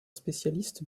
spécialiste